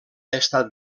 estat